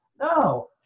No